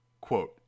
Quote